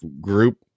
group